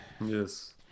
Yes